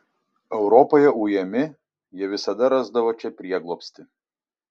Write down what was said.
europoje ujami jie visada rasdavo čia prieglobstį